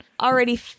already